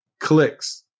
clicks